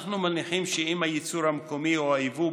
אנחנו מניחים שאם הייצור המקומי או היבוא,